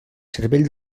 cervell